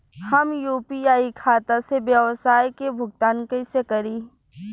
हम यू.पी.आई खाता से व्यावसाय के भुगतान कइसे करि?